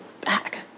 back